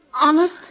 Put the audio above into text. Honest